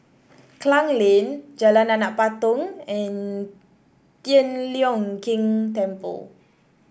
Klang Lane Jalan Anak Patong and Tian Leong Keng Temple